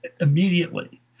immediately